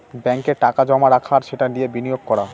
ব্যাঙ্কে টাকা জমা রাখা আর সেটা দিয়ে বিনিয়োগ করা